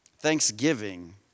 Thanksgiving